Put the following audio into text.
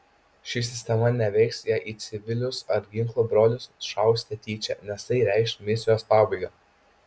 ši sistema neveiks jei į civilius ar ginklo brolius šausite tyčia nes tai reikš misijos pabaigą